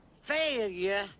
failure